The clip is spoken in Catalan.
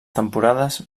temporades